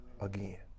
again